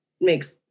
makes